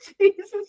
Jesus